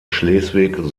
schleswig